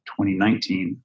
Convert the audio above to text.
2019